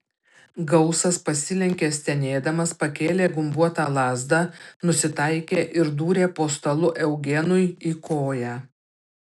gausas pasilenkė stenėdamas pakėlė gumbuotą lazdą nusitaikė ir dūrė po stalu eugenui į koją